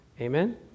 Amen